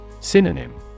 Synonym